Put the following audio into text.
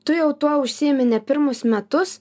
tu jau tuo užsiimi ne pirmus metus